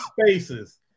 spaces